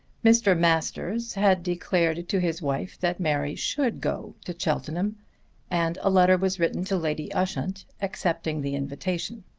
mr. masters had declared to his wife that mary should go to cheltenham and a letter was written to lady ushant accepting the invitation.